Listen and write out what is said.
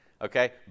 Okay